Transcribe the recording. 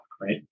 right